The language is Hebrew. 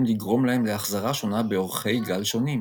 לגרום להם להחזרה שונה באורכי גל שונים,